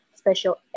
special